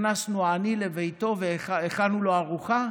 הכנסנו עני לביתו והכנו לו ארוחה?